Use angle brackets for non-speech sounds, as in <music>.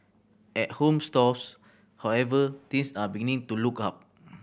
at home stores however things are beginning to look up <noise>